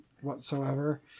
whatsoever